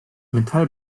metall